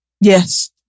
Yes